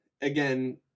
again